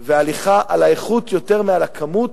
והליכה על האיכות יותר מאשר על הכמות,